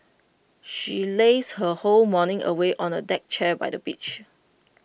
she lazed her whole morning away on A deck chair by the beach